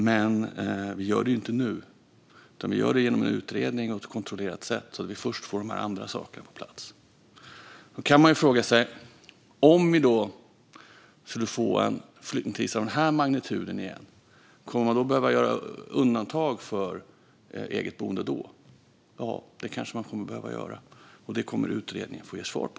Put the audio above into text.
Men vi gör det inte nu, utan vi gör det genom en utredning och på ett kontrollerat sätt så att vi först får de här andra sakerna på plats. Då kan man fråga sig: Om vi skulle få en flyktingkris av den här magnituden igen, kommer man då att behöva göra undantag för eget boende? Ja, det kanske man kommer att behöva göra. Det kommer utredningen att få ge svar på.